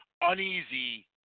uneasy